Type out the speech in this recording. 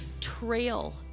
trail